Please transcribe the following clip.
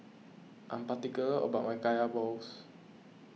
I am particular about my Kaya Balls